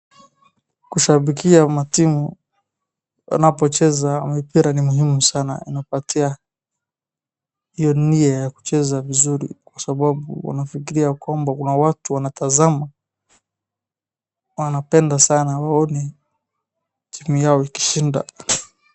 Kushabikia matimu wanapocheza mpira ni muhimu sana. Inapatia hiyo nia ya kucheza vizuri, kwa sababu wanafikiria ya kwamba kuna watu wanatazama, wanapenda sana waone timu yao ikishinda.